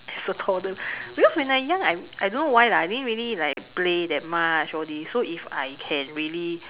as a toddler because when I young I I don't know why lah I didn't really like play that much all these so if I can really